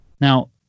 Now